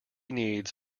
needs